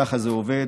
ככה זה עובד.